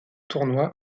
tournoi